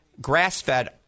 grass-fed